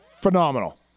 phenomenal